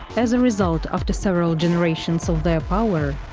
as a result, after several generations of their power,